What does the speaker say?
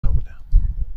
نبودم